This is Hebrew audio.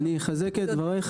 אני אחזק את דברייך,